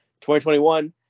2021